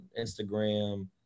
Instagram